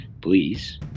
please